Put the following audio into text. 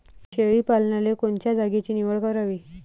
शेळी पालनाले कोनच्या जागेची निवड करावी?